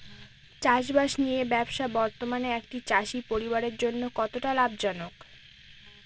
চাষবাষ নিয়ে ব্যবসা বর্তমানে একটি চাষী পরিবারের জন্য কতটা লাভজনক?